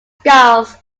skulls